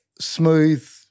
smooth